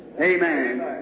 Amen